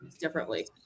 differently